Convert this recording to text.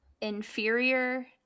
inferior